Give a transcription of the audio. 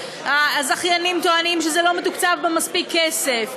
הזכיינים טוענים שזה לא מתוקצב במספיק כסף,